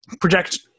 project